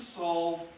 solve